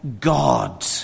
God